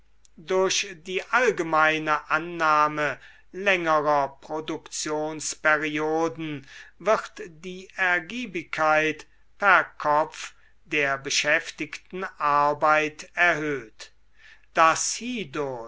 durch die allgemeine annahme längerer produktionsperioden wird die ergiebigkeit per kopf der beschäftigten arbeit erhöht das